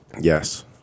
Yes